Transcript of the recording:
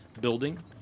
building